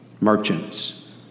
merchants